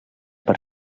per